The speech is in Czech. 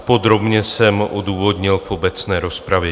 Podrobně jsem odůvodnil v obecné rozpravě.